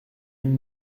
une